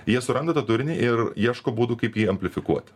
jie suranda tą turinį ir ieško būdų kaip jį amplifikuoti